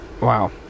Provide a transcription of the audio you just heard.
Wow